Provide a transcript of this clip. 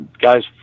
guys